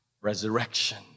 resurrection